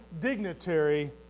dignitary